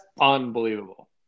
unbelievable